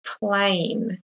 plain